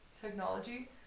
technology